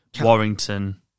Warrington